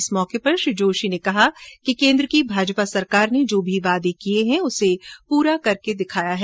इस मौके पर श्री जोशी ने कहा कि केन्द्र की भाजपा सरकार ने जो भी वादे किये हैं उसे पूरा करके दिखाया है